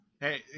hey